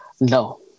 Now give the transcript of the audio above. No